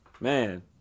man